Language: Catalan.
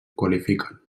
qualifiquen